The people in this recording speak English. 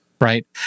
right